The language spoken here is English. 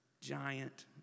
giant